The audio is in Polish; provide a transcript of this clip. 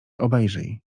obejrzyj